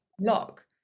lock